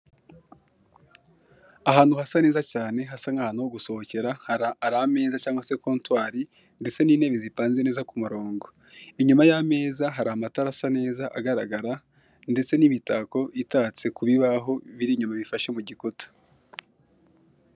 Ahantu hasa neza cyane hasa nk'ahantu ho gusohokera hari ameza cyangwa se kontwari ndetse n'intebe zipanze neza ku murongo inyuma y'ameza hari amatara asa neza agaragara ndetse n'imitako itatse ku bibaho biri inyuma bifashe mu gikuta.